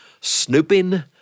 snooping